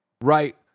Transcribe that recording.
Right